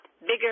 bigger